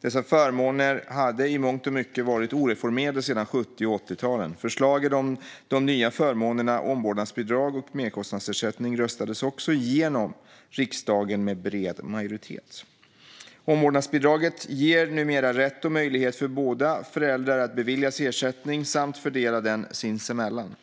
Dessa förmåner hade i mångt och mycket varit oreformerade sedan 70 och 80-talen. Förslagen om de nya förmånerna omvårdnadsbidrag och merkostnadsersättning röstades också igenom i riksdagen med bred majoritet. Omvårdnadsbidraget ger numera rätt och möjlighet för båda föräldrarna att beviljas ersättning samt att fördela den sinsemellan.